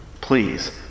please